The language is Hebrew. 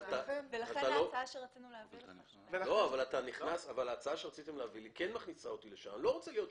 ההצעה שרציתם להביא לי כן מכניסה אותי לשם.